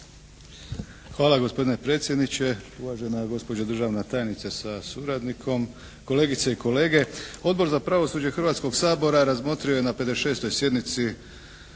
Hvala gospodine predsjedniče. Uvažena gospođo državna tajnice sa suradnikom, kolegice i kolege. Odbor za pravosuđe Hrvatskoga sabora razmotrio je na 56. sjednici